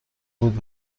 بود